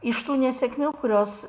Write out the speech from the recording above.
iš tų nesėkmių kurios